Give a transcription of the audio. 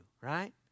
right